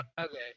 Okay